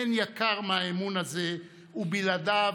אין יקר מהאמון הזה, ובלעדיו,